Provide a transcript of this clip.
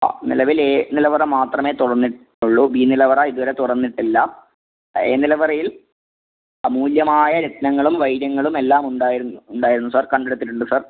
ആ നിലവിൽ എ നിലവറ മാത്രമേ തൊറന്നിട്ട് ഉള്ളൂ ബി നിലവറ ഇത് വരെ തുറന്നിട്ട് ഇല്ല എ നിലവറയിൽ അമൂല്യമായ രത്നങ്ങളും വൈര്യങ്ങളും എല്ലാം ഉണ്ടായിരുന്നു ഉണ്ടായിരുന്നു സാർ കണ്ട് എടുത്തിട്ട് ഉണ്ട് സാർ